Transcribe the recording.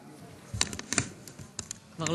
בבקשה, גברתי.